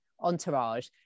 entourage